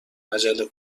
عجله